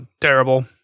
terrible